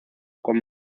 con